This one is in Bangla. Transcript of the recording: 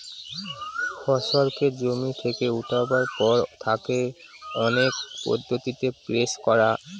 ফসলকে জমি থেকে উঠাবার পর তাকে অনেক পদ্ধতিতে প্রসেস করা হয়